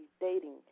dating